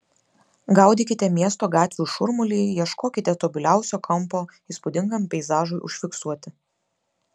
gaudykite miesto gatvių šurmulį ieškokite tobuliausio kampo įspūdingam peizažui užfiksuoti